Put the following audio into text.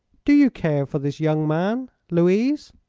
do you care for this young man. louise?